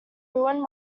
ruin